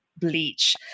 bleach